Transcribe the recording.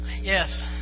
Yes